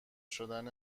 شدن